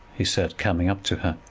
he said, coming up to her.